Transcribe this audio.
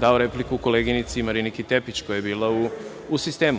dao repliku koleginici Mariniki Tepić, koja je bila u sistemu.